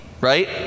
Right